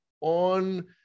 on